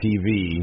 TV